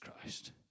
Christ